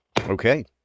Okay